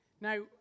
Now